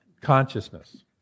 consciousness